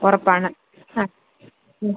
ഉറപ്പ് ആണ് ആ